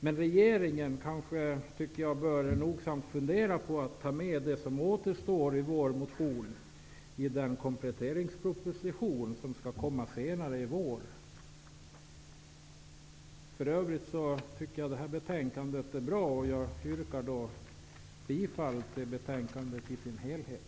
Men regeringen bör nogsamt fundera på att i den kompletteringsproposition som skall komma senare i vår ta med det som återstår i vår motion. Herr talman! Jag tycker i övrigt att betänkandet är bra, och jag yrkar bifall till utskottets hemställan i dess helhet.